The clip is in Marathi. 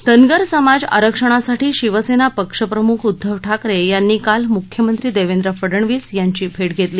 धनगर समाज आरक्षणासाठी शिवसेना पक्षप्रमुख उद्दव ठाकरे यांनी काल मुख्यमंत्री देवेंद्र फडणवीस यांची भेट घेतली